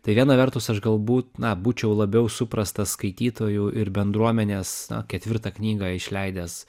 tai viena vertus aš galbūt na būčiau labiau suprastas skaitytojų ir bendruomenės ketvirtą knygą išleidęs